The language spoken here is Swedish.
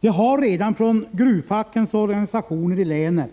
Det har redan från gruvfackens organisationer i länet